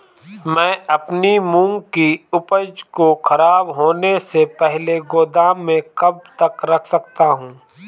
मैं अपनी मूंग की उपज को ख़राब होने से पहले गोदाम में कब तक रख सकता हूँ?